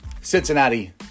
Cincinnati